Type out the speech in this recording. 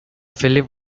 philip